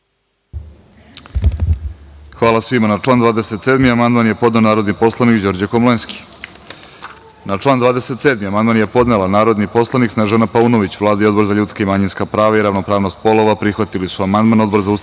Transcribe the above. Hvala svima. Na član 27. amandman je podneo narodni poslanik Đorđe Komlenski. Na član 27. amandman je podnela narodni poslanik Snežana Paunović. Vlada i Odbor za ljudska i manjinska prava i ravnopravnost polova prihvatili su amandman. Odbor za ustavna